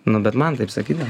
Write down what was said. nu bet man taip sakydavo